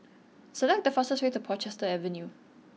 select the fastest way to Portchester Avenue